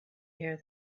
hear